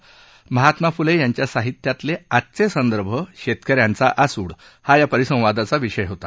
महात्मा फुले यांच्या साहित्यातले आजचे संदर्भ शेतक यांचा आसूड हा या परिसंवादाचा विषय होता